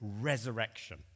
resurrection